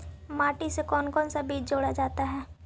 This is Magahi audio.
माटी से कौन कौन सा बीज जोड़ा जाता है?